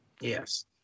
Yes